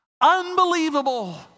unbelievable